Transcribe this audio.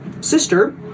sister